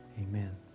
Amen